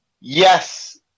Yes